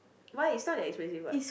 why it's not that expensive what